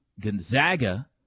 Gonzaga